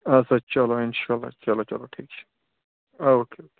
آدسا چلو اِنشا اللہ چلو چلو ٹھیٖک چھُ اوکے اوکے